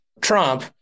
Trump